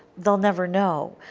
they will never know.